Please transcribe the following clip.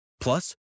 Plus